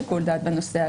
שיקול דעת שיפוטי.